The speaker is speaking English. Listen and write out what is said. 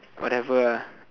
whatever ah